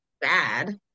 bad